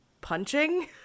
punching